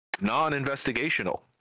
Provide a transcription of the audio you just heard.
non-investigational